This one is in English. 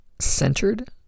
centered